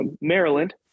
Maryland